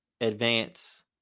advance